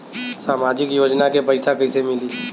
सामाजिक योजना के पैसा कइसे मिली?